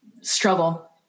struggle